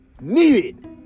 Needed